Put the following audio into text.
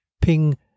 Ping